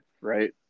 right